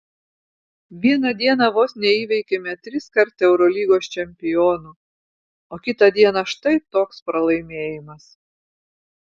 vieną dieną vos neįveikėme triskart eurolygos čempionų o kitą dieną štai toks pralaimėjimas